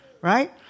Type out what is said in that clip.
right